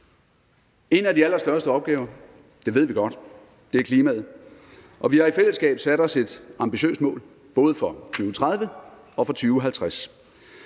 En af de allerstørste opgaver – det ved vi godt – er klimaet, og vi har i fællesskab sat os et ambitiøst mål både for 2030 og for 2050,